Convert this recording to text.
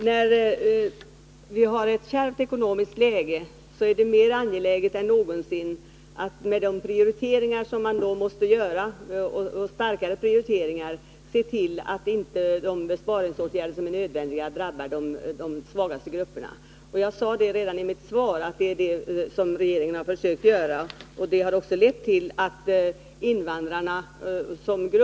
Herr talman! I ett kärvt ekonomiskt läge är det mer angeläget än någonsin att i samband med de starkare prioriteringar som måste göras se till att de nödvändiga besparingsåtgärderna inte drabbar de svagaste grupperna. Jag sade i mitt svar att det är det som regeringen har försökt att göra.